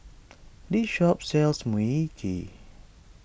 this shop sells Mui Kee